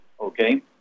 okay